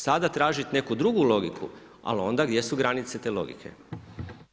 Sada tražiti neku drugu logiku, ali onda gdje su granice te logike?